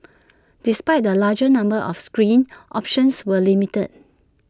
despite the larger number of screens options were limited